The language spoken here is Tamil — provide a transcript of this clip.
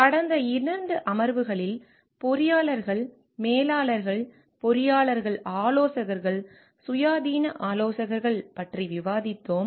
கடந்த 2 அமர்வுகளில் பொறியாளர்கள் மேலாளர்கள் பொறியாளர்கள் ஆலோசகர்கள் சுயாதீன ஆலோசகர்கள் பற்றி விவாதித்தோம்